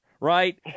Right